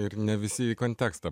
ir ne visi į kontekstą